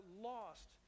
lost